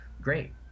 great